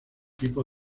tipo